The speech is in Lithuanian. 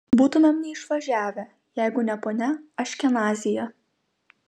būtumėm neišvažiavę jeigu ne ponia aškenazyje